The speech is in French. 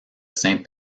saint